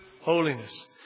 holiness